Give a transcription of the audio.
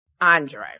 Andre